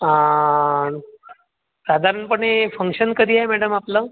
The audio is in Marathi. हा साधारणपणे फंक्शन कधी आहे मॅडम आपलं